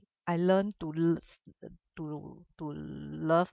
I learned to love to to love